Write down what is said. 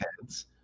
heads